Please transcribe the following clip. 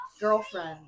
Girlfriend